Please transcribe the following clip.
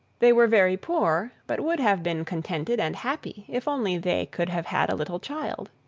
they were very poor, but would have been contented and happy if only they could have had a little child.